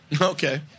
Okay